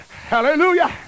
Hallelujah